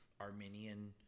Armenian